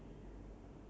ya